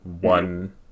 one